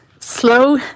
slow